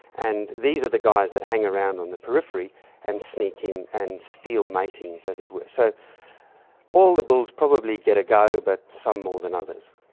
and these are the guys that hang around on the periphery and sneak in and steal matings as it were. so all the bulls probably get a go, but some more than others.